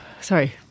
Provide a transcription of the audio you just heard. sorry